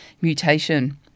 mutation